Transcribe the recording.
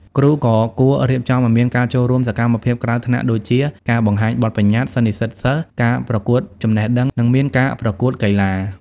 គ្រូក៏គួររៀបចំឱ្យមានការចូលរួមសកម្មភាពក្រៅថ្នាក់ដូចជា ការបង្ហាញបទបញ្ញត្តិ សន្និសីទសិស្ស ការប្រកួតចំណេះដឹង និងមានការប្រកួតកីឡា។